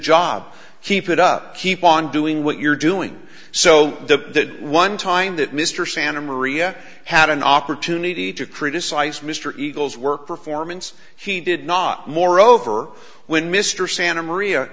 job keep it up keep on doing what you're doing so the one time that mr santa maria had an opportunity to criticise mr eagle's work performance he did not moreover when mr santamaria